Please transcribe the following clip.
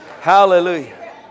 Hallelujah